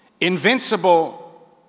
Invincible